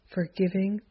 Forgiving